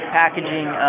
packaging